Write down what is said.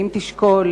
האם תשקול,